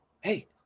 Hey